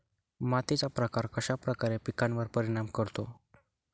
मातीचा प्रकार कश्याप्रकारे पिकांवर परिणाम करतो?